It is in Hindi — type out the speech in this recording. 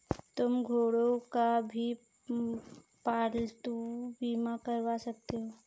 तुम घोड़ों का भी पालतू बीमा करवा सकते हो